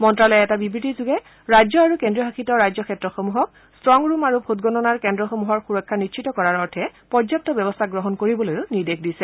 মন্তালয়ে এটা বিব্তিযোগে ৰাজ্য আৰু কেন্দ্ৰীয়শাসিত ৰাজ্যক্ষেত্ৰসমূহক ষ্ট্ংৰূম আৰু ভোটগণনাৰ কেন্দ্ৰসমূহৰ সুৰক্ষা নিশ্চিত কৰাৰ অৰ্থে পৰ্যাপ্ত ব্যৱস্থা গ্ৰহণ কৰিবলৈও নিৰ্দেশ দিছে